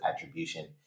attribution